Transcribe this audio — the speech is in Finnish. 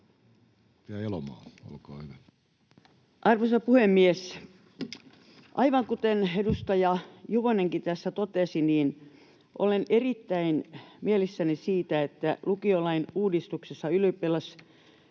Arvoisa puhemies! Aivan kuten edustaja Juvonenkin tässä totesi, minäkin olen erittäin mielissäni siitä, että lukiolain uudistuksessa